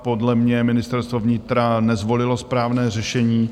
Podle mě Ministerstvo vnitra nezvolilo správné řešení.